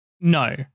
No